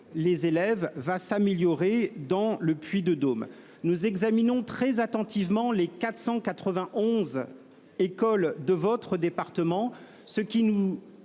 les élèves -va s'améliorer. Nous examinons très attentivement les 491 écoles de votre département, ce qui nous